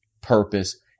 purpose